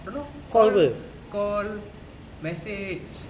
don't know call call message